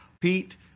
Pete